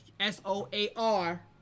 S-O-A-R